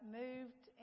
moved